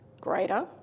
greater